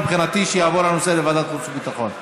מבחינתי שיעבור הנושא לוועדת חוץ וביטחון.